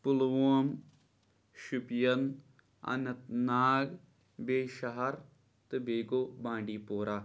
Pulwama Shopian Anantnag بیٚیہِ شَہر تہٕ بیٚیہِ گوٚو بانڈی پورا